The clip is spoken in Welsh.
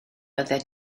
byddai